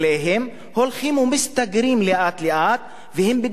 הולכים ומסתגרים לאט-לאט והם בדרך למצדה.